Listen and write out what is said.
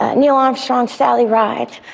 ah neil armstrong, sally ride,